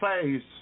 face